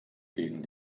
gegen